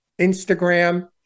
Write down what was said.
instagram